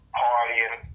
partying